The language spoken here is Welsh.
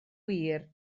wir